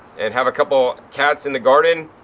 and have a couple cats in the garden.